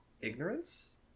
Ignorance